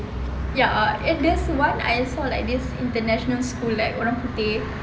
ya ah and there's one I saw like international school like orang putih